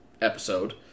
episode